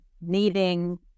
needing